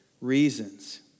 reasons